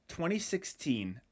2016